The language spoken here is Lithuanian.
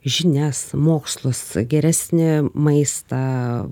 žinias mokslus geresnį maistą